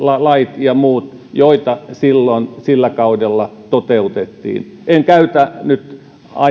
lait ja muut joita silloin sillä kaudella toteutettiin en käytä nyt